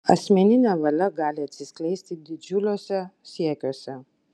asmeninė valia gali atsiskleisti didžiuliuose siekiuose